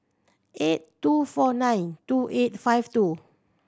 eight two four nine two eight five two